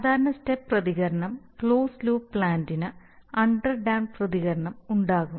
സാധാരണ സ്റ്റെപ്പ് പ്രതികരണം closed loop പ്ലാന്റിന് അണ്ടർ ഡാംപ്പഡ് പ്രതികരണം ഉണ്ടാക്കും